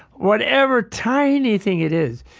whatever tiny thing it is,